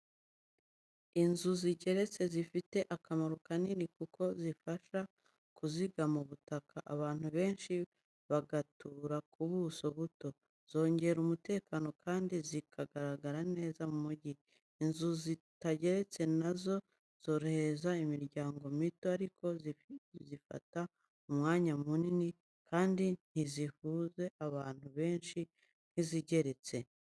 Inzu zigeretse zifite akamaro kanini kuko zifasha kuzigama ubutaka, abantu benshi bagatura ku buso buto. Zongera umutekano kandi zikagaragara neza mu mujyi. Inzu zitageretse na zo zorohereza imiryango mito, ariko zifata umwanya munini kandi ntizihuze abantu benshi nk’izigeretse.